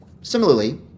Similarly